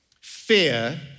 fear